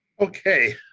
Okay